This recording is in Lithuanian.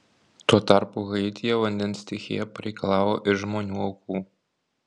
tuo tarpu haityje vandens stichija pareikalavo ir žmonių aukų